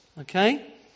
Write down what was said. okay